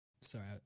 sorry